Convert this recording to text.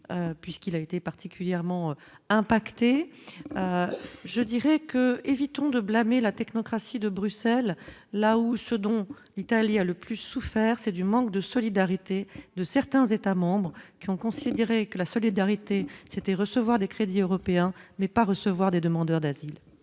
puisqu'il a été particulièrement impactés, je dirais que, évitons de blâmer la technocratie de Bruxelles, là où ce dont l'Italie a le plus souffert, c'est du manque de solidarité de certains États-membres qui ont considéré que la solidarité c'était recevoir des crédits européens mais pas recevoir des demandeurs d'asile.